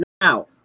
Now